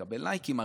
אקבל לייקים.